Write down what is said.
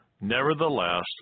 Nevertheless